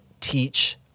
teach